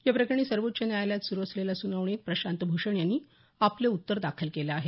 या प्रकरणी सर्वोच्च न्यायालयात सुरू असलेल्या सुनावणीत प्रशांत भूषण यांनी आपलं उत्तर दाखल केलं आहे